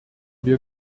wir